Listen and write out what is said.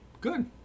Good